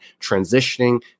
transitioning